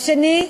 השני,